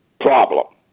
problem